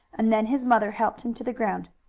and then his mother helped him to the ground.